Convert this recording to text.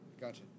Gotcha